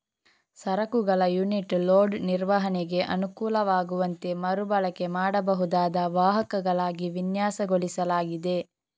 ಸರಕುಗಳ unit load ನಿರ್ವಹಣೆಗೆ ಅನುಕೂಲವಾಗುವಂತೆ ಮರು ಬಳಕೆ ಮಾಡಬಹುದಾದ ವಾಹಕಗಳಾಗಿ ವಿನ್ಯಾಸಗೊಳಿಸಲಾಗಿದೆ